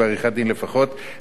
אשר נבחר על-ידי ועדה.